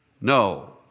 No